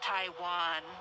Taiwan